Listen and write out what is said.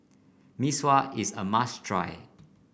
Mee Sua is a must try